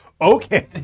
okay